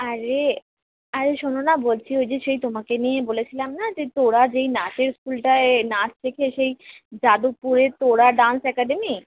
আরে আরে শোনো না বলছি ওই যে সেই তোমাকে নিয়ে বলেছিলাম না যে তোড়া যেই নাচের স্কুলটায় নাচ শেখে সেই যাদবপুরে তোড়া ডান্স অ্যাকাডেমি